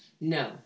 No